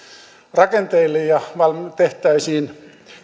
rakenteille ja tehtäisiin